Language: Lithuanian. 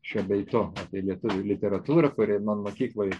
šio bei to apie lietuvių literatūrą kuri man mokykloj